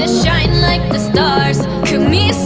shine like the stars